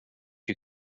you